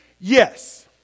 yes